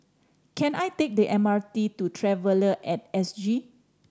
can I take the M R T to Traveller At S G